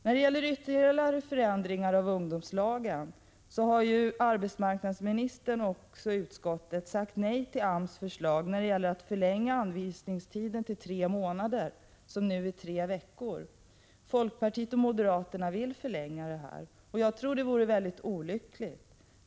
När det gäller ytterligare förändringar av ungdomslagen har arbetsmarknadsministern och även utskottet sagt nej till AMS förslag att förlänga anvisningstiden från tre veckor till tre månader. Folkpartiet och moderaterna vill förlänga anvisningstiden, men jag tror att det vore mycket olyckligt.